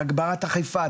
והגברת אכיפה.